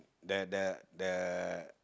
the the the